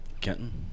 Kenton